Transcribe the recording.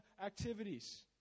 activities